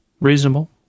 Reasonable